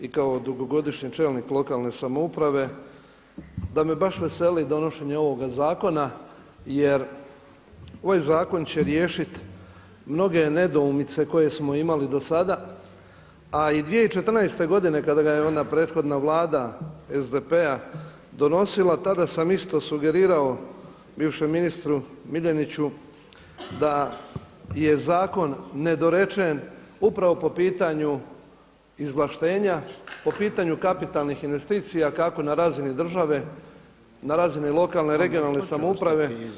i kao dugogodišnji čelnik lokalne samouprave, da me baš veseli donošenje ovoga zakona jer ovaj zakon će riješiti mnoge nedoumice koje smo imali do sada, a i 2014. godine kada ga je ona prethodna Vlada SDP-a donosila tada sam isto sugerirao bivšem ministru Miljeniću da je zakon nedorečen upravo po pitanju izvlaštenja, po pitanju kapitalnih investicija kako na razini države, na razini lokalne, regionalne samouprave.